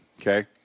okay